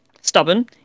stubborn